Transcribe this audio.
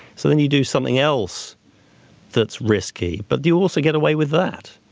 so then you do something else that's risky, but you also get away with that.